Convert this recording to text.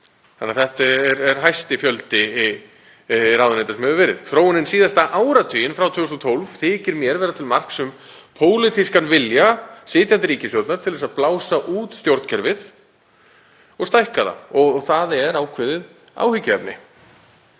fleiri. Þetta er því mesti fjöldi ráðuneyta sem hefur verið. Þróunin síðasta áratuginn, frá 2012, þykir mér vera til marks um pólitískan vilja sitjandi ríkisstjórnar til að blása út stjórnkerfið og stækka það og það er ákveðið áhyggjuefni.